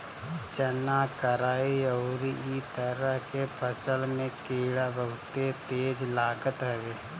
चना, कराई अउरी इ तरह के फसल में कीड़ा बहुते तेज लागत हवे